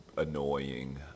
annoying